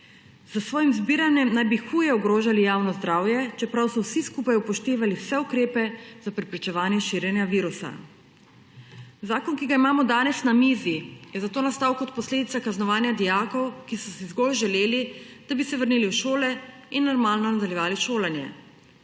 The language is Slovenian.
S svojim zbiranjem naj bi huje ogrožali javno zdravje, čeprav so vsi skupaj upoštevali vse ukrepe za preprečevanje širjenja virusa. Zakon, ki ga imamo danes na mizi, je zato nastal kot posledica kaznovanja dijakov, ki so si zgolj želeli, da bi se vrnili v šole in normalno nadaljevali šolanje.